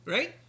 Right